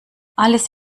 alles